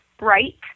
right